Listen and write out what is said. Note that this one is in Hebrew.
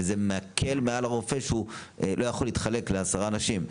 וזה מקל על הרופא שלא יכול להתחלק לעשרה אנשים.